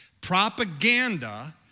Propaganda